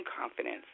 confidence